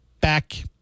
back